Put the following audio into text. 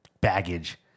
baggage